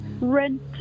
rent